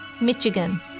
Michigan